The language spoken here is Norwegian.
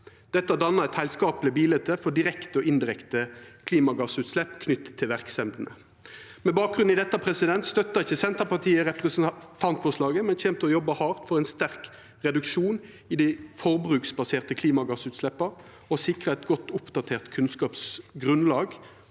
Dette dannar eit heilskapleg bilete for direkte og indirekte klimagassutslepp knytt til verksemdene. Med bakgrunn i dette støttar ikkje Senterpartiet representantforslaget, men me kjem til å jobba hardt for ein sterk reduksjon i dei forbruksbaserte klimagassutsleppa og sikra eit godt, oppdatert kunnskapsgrunnlag